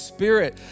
Spirit